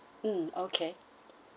mm okay